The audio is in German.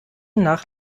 nach